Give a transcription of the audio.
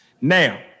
Now